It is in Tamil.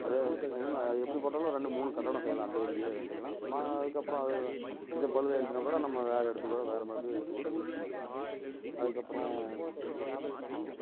அதே இவனும் அதை எப்படி போட்டாலும் ரெண்டு மூணு கட்டடம் செய்யலாம் அதே இதிலேயே செய்யலாம் ஏன்னா அதுக்கப்புறம் அது இது பழுதாயிடுச்சுனால் கூட நம்ம வேற எடுத்து கூட வேற மறுபடியும் எடுத்து கூட யூஸ் பண்ணிக்கலாம் அதுக்கப்புறம் அவ்வளோ தான்